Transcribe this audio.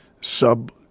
sub